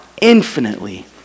infinitely